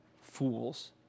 Fools